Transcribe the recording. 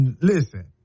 listen